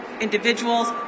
individuals